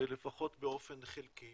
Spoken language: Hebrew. לפחות באופן חלקי